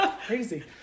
crazy